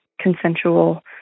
consensual